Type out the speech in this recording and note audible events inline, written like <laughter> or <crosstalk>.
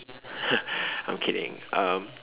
<laughs> I'm kidding um